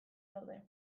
daude